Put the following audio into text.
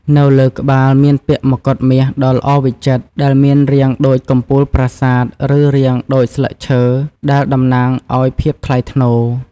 នៅលើក្បាល មានពាក់ មកុដមាសដ៏ល្អវិចិត្រ ដែលមានរាងដូចកំពូលប្រាសាទ ឬរាងដូចស្លឹកឈើ ដែលតំណាងឱ្យភាពថ្លៃថ្នូរ។